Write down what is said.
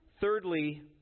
Thirdly